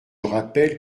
rappelle